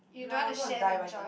nah I'm gonna die by thirty